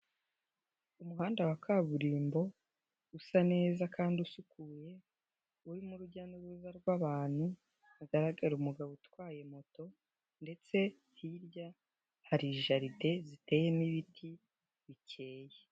Umuhanda wa kaburimbo usa neza kandi usukuye, urimo urujya n'uruza rw'abantu hagaragara umugabo utwaye moto ndetse hirya hari jaride ziteyemo ibiti bikeye.